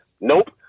Nope